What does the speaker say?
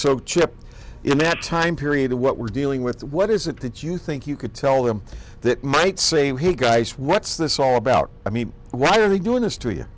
so chip in that time period what we're dealing with what is it that you think you could tell them that might say hey guys what's this all about i mean why are they doing this to y